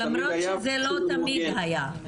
למרות שזה לא תמיד היה.